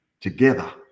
together